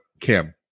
Kim